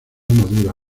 madura